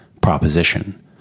proposition